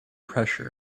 pressure